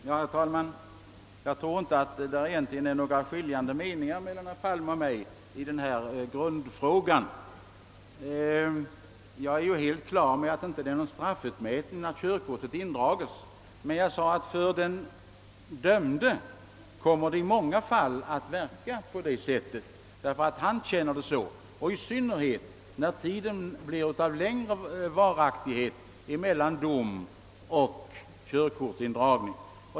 Herr talman! Jag tror inte statsrådet Palme och jag egentligen har några skilda meningar i grundfrågan. Jag är helt på det klara med att körkortsindragning inte är någon straffutmätning, men jag framhöll att för den dömde kommer det i många fall att verka på det sättet, i synnerhet när tiden blir mycket lång emellan dom och kör kortsindragning.